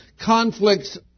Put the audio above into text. Conflicts